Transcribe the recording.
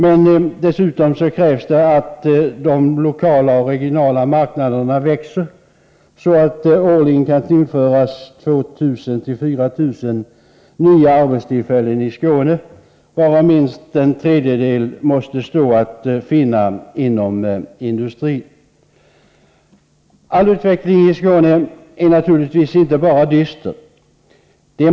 Men dessutom krävs att de lokala och regionala marknaderna växer så att det årligen kan tillföras 2 0004 000 nya arbetstillfällen i Skåne, varav minst en tredjedel måste stå att finna inom industrin. All utveckling i Skåne är naturligtvis inte bara dyster.